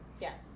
Yes